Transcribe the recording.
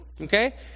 Okay